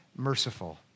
merciful